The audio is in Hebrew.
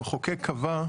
המחוקק קבע,